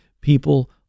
People